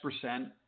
percent